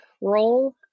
role